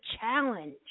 challenge